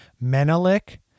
Menelik